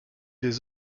des